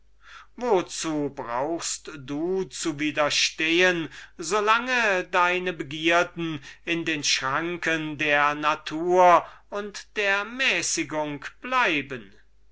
wozu brauchst du zu widerstehen so lange deine begierden in den schranken der natur und der mäßigung bleiben